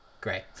great